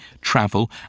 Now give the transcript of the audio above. travel